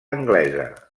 anglesa